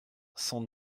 cent